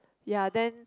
ya then